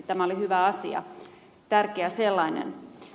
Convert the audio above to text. tämä oli hyvä asia tärkeä sellainen